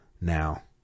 Now